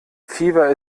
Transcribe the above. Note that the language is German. fieber